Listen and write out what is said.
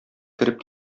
кереп